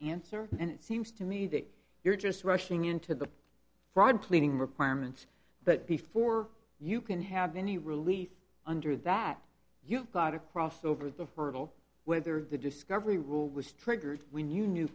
answer and it seems to me that you're just rushing into the fraud pleading requirements but before you can have any relief under that you have got across over the hurdle whether the discovery rule was triggered when you knew